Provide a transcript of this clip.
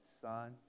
son